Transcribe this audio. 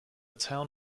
town